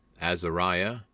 Azariah